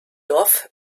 dorf